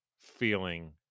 feeling